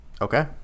Okay